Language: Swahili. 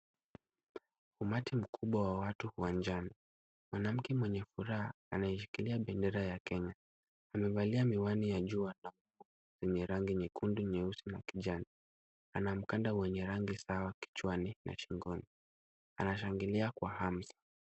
Umati mkubwa wa watu uwanjani, mwanamke mwenye furaha anaishikilia bendera ya Kenya, amevalia miwani ya jua yenye rangi nyekundu, nyeusi na kijani, ana mkanda mwenye rangi sawa kichwani na shingoni, anashangilia kwa hamu.